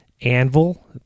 anvil